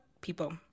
people